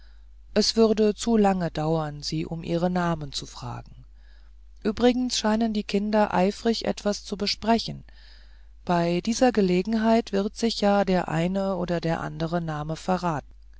es würde zu lange dauern sie um ihre namen zu fragen übrigens scheinen die kinder eifrig etwas zu besprechen bei dieser gelegenheit wird sich ja der eine oder der andere name verraten